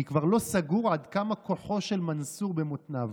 אני כבר לא סגור עד כמה כוחו של מנסור במותניו.